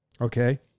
Okay